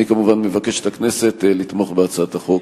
אני כמובן מבקש מהכנסת לתמוך בהצעת החוק.